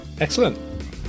Excellent